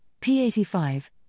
P85